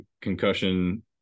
concussion